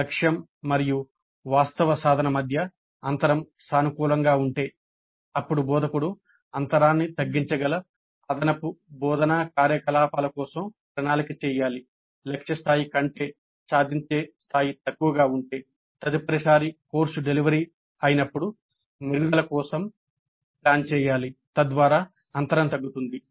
లక్ష్యం మరియు వాస్తవ సాధన మధ్య అంతరం సానుకూలంగా ఉంటే అప్పుడు బోధకుడు అంతరాన్ని తగ్గించగల అదనపు బోధనా కార్యకలాపాల కోసం ప్రణాళిక చేయాలి లక్ష్య స్థాయి కంటే సాధించే స్థాయి తక్కువగా ఉంటే తదుపరిసారి కోర్సు డెలివరీ అయినప్పుడు మెరుగుదలల కోసం మేము ప్లాన్ చేయాలి తద్వారా అంతరం తగ్గుతుంది